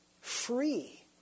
free